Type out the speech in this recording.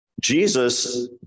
Jesus